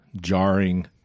jarring